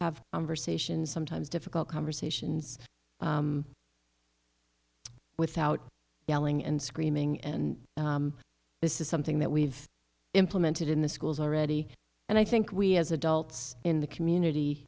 conversations sometimes difficult conversations without yelling and screaming and this is something that we've implemented in the schools already and i think we as adults in the community